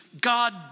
God